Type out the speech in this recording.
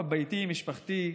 בביתי עם משפחתי.